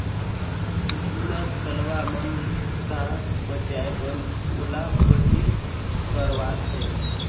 जूना तलवा मन का बचाए बर ओला गहिर करवात है